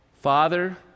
Father